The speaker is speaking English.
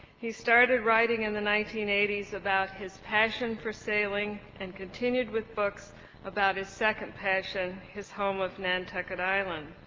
he started writing in the nineteen eighty s about his passion for sailing and continued with books about his second passion, his home of nantucket island.